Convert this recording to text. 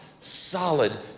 solid